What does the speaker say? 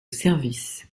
service